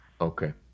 Okay